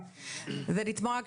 ועל זמנך היקר,